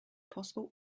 possible